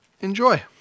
enjoy